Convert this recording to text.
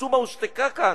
שמשום מה הושתקה כאן.